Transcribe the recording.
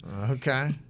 Okay